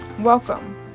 Welcome